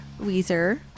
Weezer